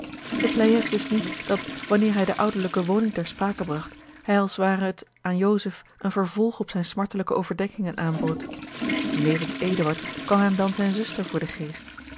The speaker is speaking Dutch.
wist niet dat wanneer hij de ouderlijke woning ter sprake bragt hij als ware het aan joseph een vervolg op zijne smartelijke overdenkingen aanbood nevens eduard kwam hem dan zijne zuster voor den geest